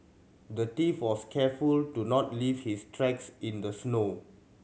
the thief was careful to not leave his tracks in the snow